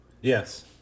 Yes